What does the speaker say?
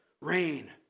rain